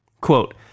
Quote